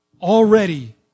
already